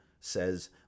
says